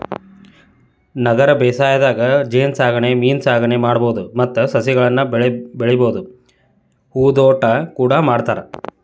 ನಗರ ಬೇಸಾಯದಾಗ ಜೇನಸಾಕಣೆ ಮೇನಸಾಕಣೆ ಮಾಡ್ಬಹುದು ಮತ್ತ ಸಸಿಗಳನ್ನ ಬೆಳಿಬಹುದು ಹೂದೋಟ ಕೂಡ ಮಾಡ್ತಾರ